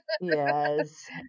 Yes